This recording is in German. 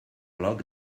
log